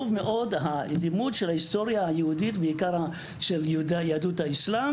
והלימוד של ההיסטוריה היהודית הוא חשוב מאוד בעיקר של יהדות האסלאם